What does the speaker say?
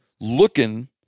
looking